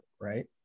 right